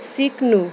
सिक्नु